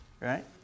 right